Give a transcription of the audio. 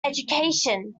education